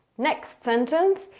next sentence.